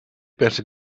better